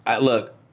Look